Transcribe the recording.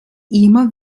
immer